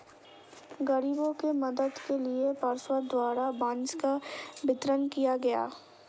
गरीबों के मदद के लिए पार्षद द्वारा बांस का वितरण किया गया